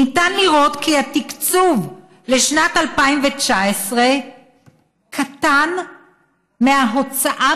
ניתן לראות כי התקצוב לשנת 2019 קטן מההוצאה